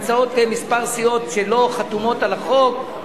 נמצאות כמה סיעות שלא חתומות על החוק,